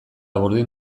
burdin